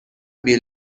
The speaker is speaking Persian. بیل